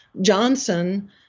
johnson